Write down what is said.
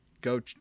go